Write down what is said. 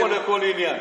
אני פה לכל עניין.